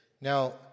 Now